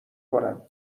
کنم